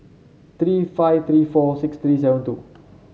three five three four six three seven two